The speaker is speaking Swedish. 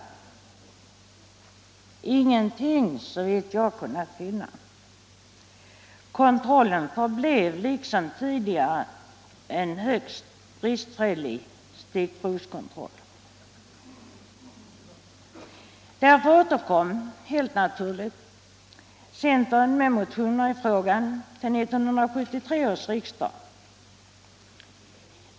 Ingenting, såvitt jag kunnat finna. Kontrollen förblev liksom tidigare en högst bristfällig stickprovskontroll. Därför åter kom, helt naturligt, centern med motioner i frågan till 1973 års riksdag.